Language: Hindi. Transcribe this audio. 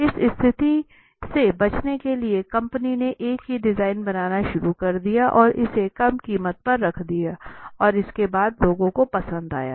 इस स्थिति से बचने के लिए कंपनी ने एक ही डिजाइन बनाना शुरू कर दिया और इसे कम कीमत पर रख दिया और इसके बाद लोगों को पसंद आया